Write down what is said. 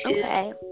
Okay